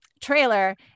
trailer